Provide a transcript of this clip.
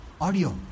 audio